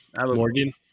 Morgan